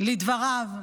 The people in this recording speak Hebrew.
לדבריו,